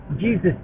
Jesus